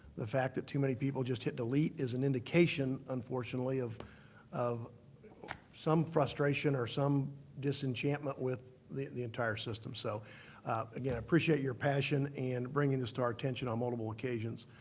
the fact that too many people just hit delete is an indication unfortunately of of some frustration or some disenchantment with the the entire system. so again, i appreciate your passion in bringing this to our attention on multiple occasions.